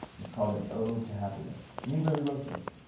it's called an ode to happiness, and you really wrote this.